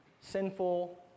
sinful